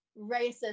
racist